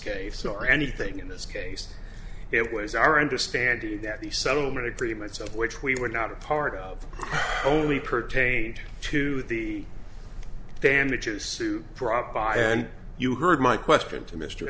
case nor anything in this case it was our understanding that the settlement agreements of which we were not a part of only pertained to the damages suit brought by and you heard my question to m